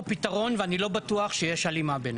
פתרון ואני לא בטוח שיש הלימה ביניהם.